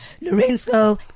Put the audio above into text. Lorenzo